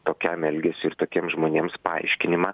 tokiam elgesiui ir tokiems žmonėms paaiškinimą